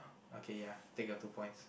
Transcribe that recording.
okay ya take your two points